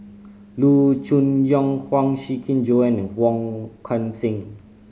Loo Choon Yong Huang Shiqi Joan and Wong Kan Seng